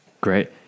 Great